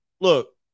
look